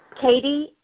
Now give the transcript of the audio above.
Katie